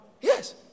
Yes